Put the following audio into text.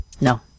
no